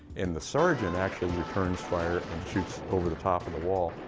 and the sergeant actually returns fire and shoots over the top of the wall,